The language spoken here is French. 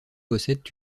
possèdent